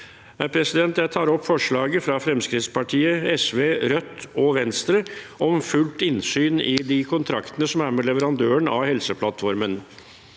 for alle. Jeg tar opp forslaget fra Fremskrittspartiet, SV, Rødt og Venstre om fullt innsyn i kontraktene med leverandøren av Helseplattformen.